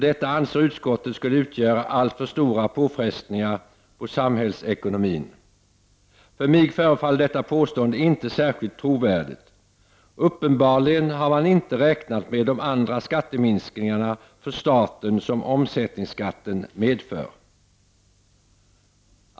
Detta anser utskottet skulle utgöra alltför stora påfrestningar på samhällsekonomin. För mig förefaller detta påstående inte särskilt trovärdigt. Uppenbarligen har man inte räknat med de andra skatteminskningar för staten som omsättningsskatten medför.